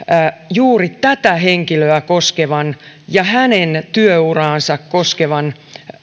juuri tätä henkilöä koskevan ja hänen työuraansa koskevan